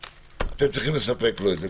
אתם צריכים לספק לו את זה.